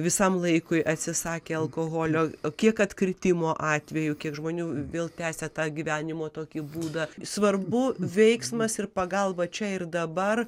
visam laikui atsisakė alkoholio o kiek atkritimo atvejų kiek žmonių vėl tęsia tą gyvenimo tokį būdą svarbu veiksmas ir pagalba čia ir dabar